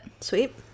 sweet